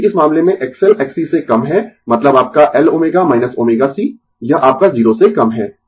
क्योंकि इस मामले में XL Xc से कम है मतलब आपका L ω ω c यह आपका 0 से कम है